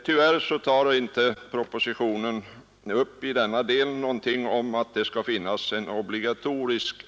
Tyvärr föreslås inte i propositionen att ansvarsförsäkring skall göras obligatorisk.